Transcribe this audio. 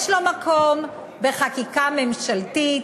יש לו מקום בחקיקה ממשלתית,